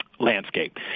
landscape